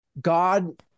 God